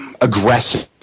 aggressive